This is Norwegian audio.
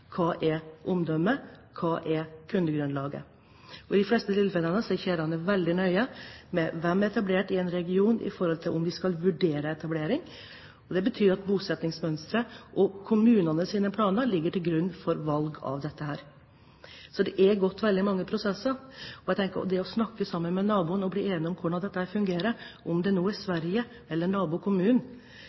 hva er omdømmet, og hva er kundegrunnlaget. I de fleste tilfellene er kjedene veldig nøye med hensyn til hvem som er etablert i en region, når de skal vurdere etablering. Det betyr at bosettingsmønsteret og kommunenes planer ligger til grunn for de valg som gjøres. Det er veldig mange prosesser som pågår. Jeg tenker at det å snakke med naboen og bli enige om at dette fungerer, om det nå er Sverige eller nabokommunen,